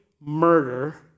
murder